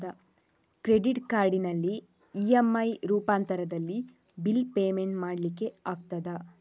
Credit ಕಾರ್ಡಿನಲ್ಲಿ EMI ರೂಪಾಂತರದಲ್ಲಿ bill payment ಮಾಡ್ಲಿಕ್ಕೆ ಆಗ್ತದ?